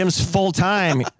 full-time